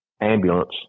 ambulance